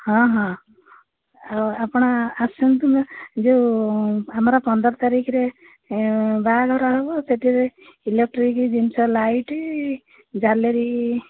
ହଁ ହଁ ଆଉ ଆପଣ ଆସନ୍ତୁ ଯୋଉ ଆମର ପନ୍ଦର ତାରିଖ୍ରେ ବାହାଘର ହେବ ସେଥିରେ ଇଲେକ୍ଟ୍ରିକ୍ ଜିନିଷ ଲାଇଟ୍ ଝାଲେରି